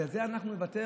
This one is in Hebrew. על זה אנחנו נוותר?